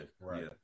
right